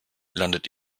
landet